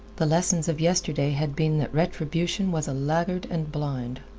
the lessons of yesterday had been that retribution was a laggard and blind.